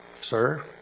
sir